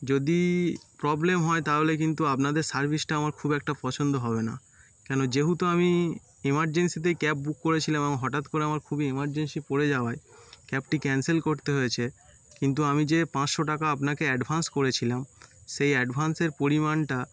যদি প্রবলেম হয় তাহলে কিন্তু আপনাদের সার্ভিসটা আমার খুব একটা পছন্দ হবে না কেন যেহুতু আমি এমারজেন্সিতেই ক্যাব বুক করেছিলাম হঠাৎ করে আমার খুবই এমারজেন্সি পড়ে যাওয়ায় ক্যাবটি ক্যান্সেল করতে হয়েছে কিন্তু আমি যে পাঁচশো টাকা আপনাকে অ্যাডভান্স করেছিলাম সেই অ্যাডভান্সের পরিমাণটা